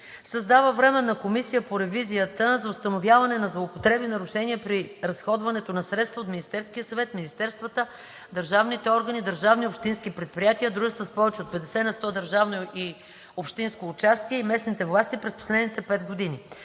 Създава Временна комисия по ревизията за установяване на злоупотреби и нарушения при разходването на средства от Министерския съвет, министерствата, държавните органи, държавни и общински предприятия, дружества с повече от 50 на сто държавно и общинско участие и местните власти през последните 5 години.